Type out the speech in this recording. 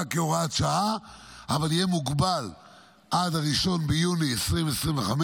כהוראת שעה אבל יהיה מוגבל עד 1 ביוני 2025,